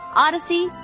Odyssey